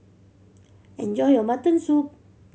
enjoy your mutton soup